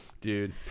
Dude